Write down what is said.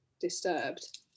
disturbed